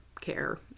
care